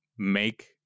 make